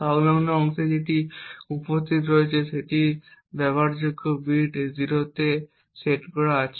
সংলগ্ন অংশে যেটি উপস্থিত রয়েছে সেটির ব্যবহারযোগ্য বিট 0 এ সেট করা আছে